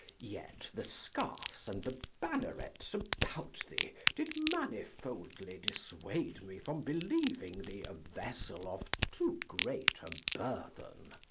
yet the scarfs and the bannerets about thee did manifoldly dissuade me from believing thee a vessel of too great a burden.